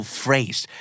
phrase